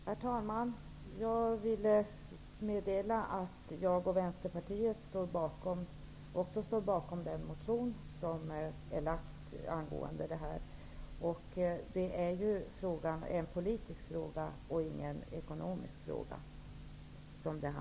Herr talman! Jag vill meddela att jag och Vänsterpartiet också står bakom den motion som är väckt med anledning av detta. Det här är ju en politisk och inte en ekonomisk fråga.